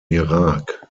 irak